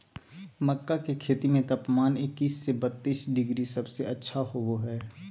मक्का के खेती में तापमान इक्कीस से बत्तीस डिग्री सबसे अच्छा होबो हइ